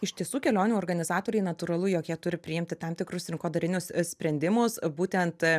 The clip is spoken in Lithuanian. iš tiesų kelionių organizatoriai natūralu jog jie turi priimti tam tikrus rinkodarinius sprendimus būtent